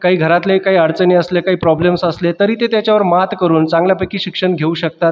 काही घरातले काही अडचणी असल्या काही प्रॉब्लेम्स् असले तरी ते त्याच्यावर मात करून चांगल्यापैकी शिक्षण घेऊ शकतात